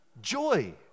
joy